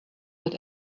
that